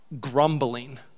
grumbling